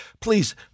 please